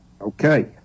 Okay